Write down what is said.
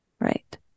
Right